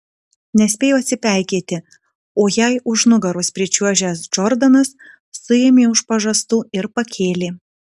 nespėjo atsipeikėti o jai už nugaros pričiuožęs džordanas suėmė už pažastų ir pakėlė